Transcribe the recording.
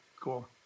Cool